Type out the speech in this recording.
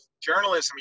journalism